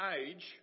age